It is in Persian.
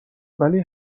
ولی